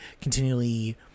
continually